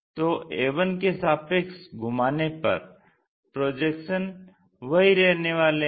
तो a1 के सापेक्ष घुमाने पर प्रोजेक्शन वही रहने वाले हैं